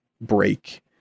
break